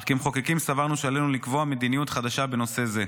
אך כמחוקקים סברנו שעלינו לקבוע מדיניות חדשה בנושא זה.